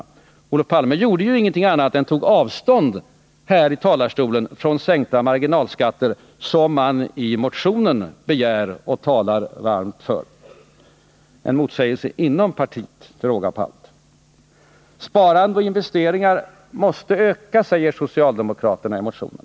Det Olof Palme gjorde här i talarstolen var ju att ta avstånd från sänkta marginalskatter, vilket man begär och talar varmt för i motionen. Det råder alltså motsägelse även inom partiet, till råga på allt. Sparande och investeringar måste öka, säger socialdemokraterna i motionen.